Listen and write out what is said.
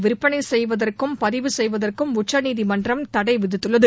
விற்பனை செய்வதற்கும் பதிவு செய்வதற்கும் உச்சநீதி மன்றம் தடைவிதித்துள்ளது